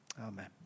Amen